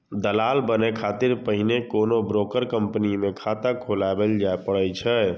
दलाल बनै खातिर पहिने कोनो ब्रोकर कंपनी मे खाता खोलबय पड़ै छै